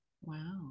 Wow